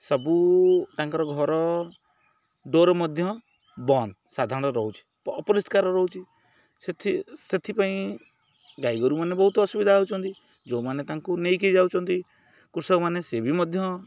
ସବୁ ତାଙ୍କର ଘର ଡୋର୍ ମଧ୍ୟ ବନ୍ଦ ସାଧାରଣ ରହୁଛି ଅପରିଷ୍କାର ରହୁଛି ସେଥିପାଇଁ ଗାଈଗୋରୁମାନେ ବହୁତ ଅସୁବିଧା ହଉଛନ୍ତି ଯେଉଁମାନେ ତାଙ୍କୁ ନେଇକି ଯାଉଛନ୍ତି କୃଷକମାନେ ସେ ବି ମଧ୍ୟ